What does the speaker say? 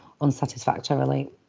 unsatisfactorily